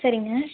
சரிங்க